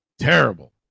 Terrible